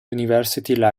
university